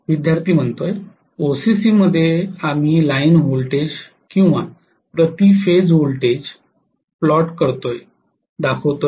विद्यार्थीः ओसीसीमध्ये आम्ही लाइन व्होल्टेज किंवा प्रति फेज व्होल्टेज प्लॉट करतो का